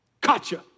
gotcha